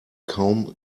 kaum